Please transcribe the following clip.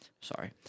Sorry